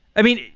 i mean,